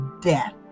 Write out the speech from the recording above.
death